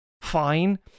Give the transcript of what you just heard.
fine